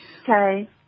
Okay